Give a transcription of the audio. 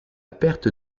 perte